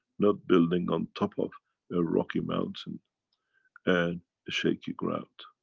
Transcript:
not building on top of a rocky mountain and a shaky ground.